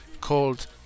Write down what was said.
called